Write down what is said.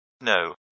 No